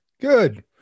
good